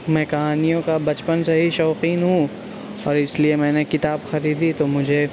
میں کہانیوں کا بچپن سے ہی شوقین ہوں اور اس لیے میں نے کتاب خریدی تو مجھے